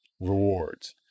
rewards